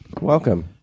Welcome